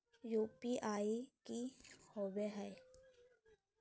UPI की होवे है?